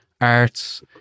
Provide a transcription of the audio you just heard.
arts